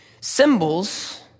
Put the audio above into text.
Symbols